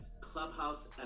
Clubhouse